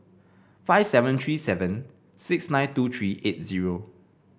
five seven three seven six nine two three eight zero